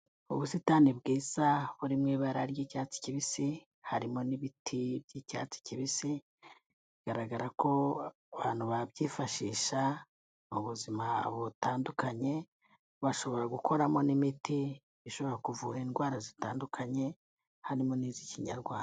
Ubusitani bwiza buri mu ibara ry'icyatsi kibisi harimo n'ibiti by'icyatsi kibisi, bigaragara ko abantu babyifashisha mu buzima butandukanye, bashobora gukoramo n'imiti bishobora kuvura indwara zitandukanye harimo n'iz'ikinyarwanda.